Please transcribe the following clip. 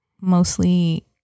mostly